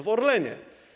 W Orlenie.